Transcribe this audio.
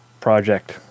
project